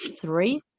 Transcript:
three